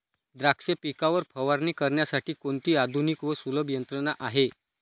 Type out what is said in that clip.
द्राक्ष पिकावर फवारणी करण्यासाठी कोणती आधुनिक व सुलभ यंत्रणा आहे?